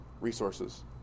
resources